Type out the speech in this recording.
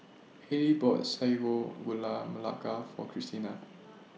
Hailie bought Sago Gula Melaka For Kristina